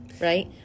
right